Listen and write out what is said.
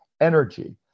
energy